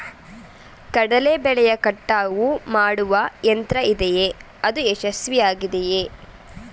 ಕಡಲೆ ಬೆಳೆಯ ಕಟಾವು ಮಾಡುವ ಯಂತ್ರ ಇದೆಯೇ? ಅದು ಯಶಸ್ವಿಯಾಗಿದೆಯೇ?